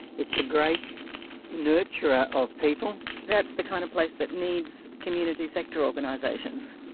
it's a great nurturer of people. that's the kind of place that needs community sector organisations.